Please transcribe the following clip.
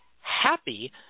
Happy